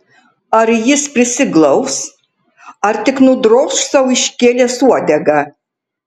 ar jis prisiglaus ar tik nudroš sau iškėlęs uodegą